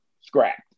scrapped